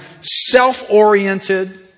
self-oriented